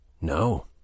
No